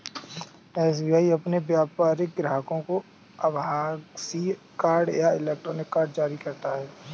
SBI अपने व्यापारिक ग्राहकों को आभासीय कार्ड या इलेक्ट्रॉनिक कार्ड जारी करता है